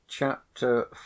Chapter